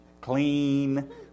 clean